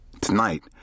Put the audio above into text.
Tonight